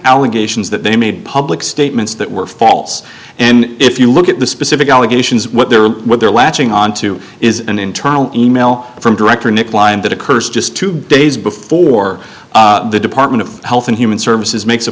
allegations that they made public statements that were false and if you look at the specific allegations what they were what they're latching on to is an internal e mail from director nick lyon that occurs just two days before the department of health and human services makes a